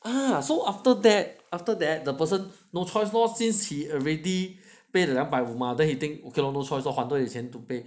ah so after that after that the person no choice lor since he already pay the 两百五吗 then he think okay lor no choice lor 还多一点钱 to pay